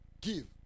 Give